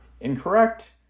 incorrect